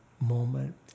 Moment